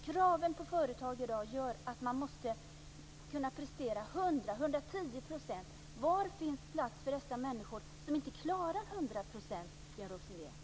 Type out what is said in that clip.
Kraven på företag i dag gör att man måste kunna prestera 100-110 %. Var finns det plats för dessa människor som inte klarar 100 %, Björn Rosengren?